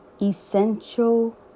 essential